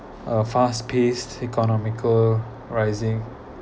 a fast paced economical rising